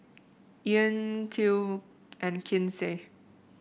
Ean Clell and Kinsey